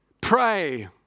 pray